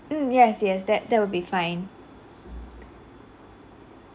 mm yes yes that that would be fine